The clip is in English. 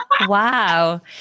wow